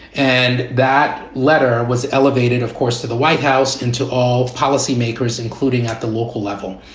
and that letter was elevated, of course, to the white house until all policymakers, including at the local level.